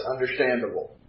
understandable